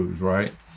right